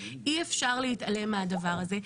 אי אפשר להתעלם מהדבר הזה.